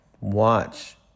watch